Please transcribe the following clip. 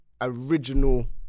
original